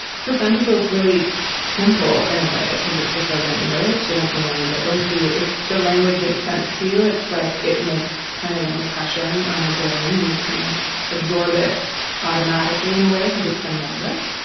for some people it's really simple in a way because it's just a language and it's a language once you if the language makes sense to you it's like it makes kind of an impression on your brain and you can absorb it automatically in a way because it's symbolic.